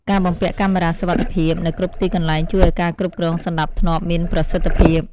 ការបំពាក់កាមេរ៉ាសុវត្ថិភាពនៅគ្រប់ទីកន្លែងជួយឱ្យការគ្រប់គ្រងសណ្តាប់ធ្នាប់មានប្រសិទ្ធភាព។